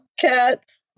Cats